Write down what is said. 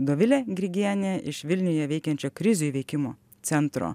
dovilė grigienė iš vilniuje veikiančio krizių įveikimo centro